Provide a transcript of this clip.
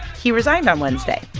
he resigned on wednesday.